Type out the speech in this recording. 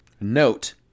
Note